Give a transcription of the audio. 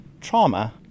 trauma